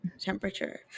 temperature